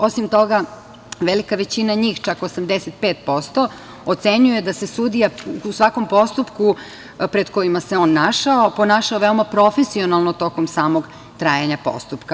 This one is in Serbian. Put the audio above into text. Osim toga, velika većina njih, čak 85% ocenjuje da se sudija u svakom postupku pred kojima se on našao ponašao veoma profesionalno tokom samog trajanja postupka.